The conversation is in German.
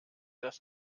dass